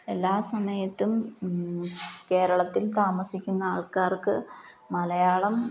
എല്ലാ സമയത്തും കേരളത്തിൽ താമസിക്കുന്ന ആൾക്കാർക്ക് മലയാളം